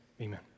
Amen